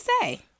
say